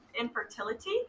infertility